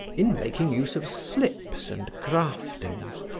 in making use of slips and graftings,